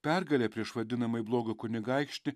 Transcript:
pergalė prieš vadinamąjį blogą kunigaikštį